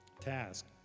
task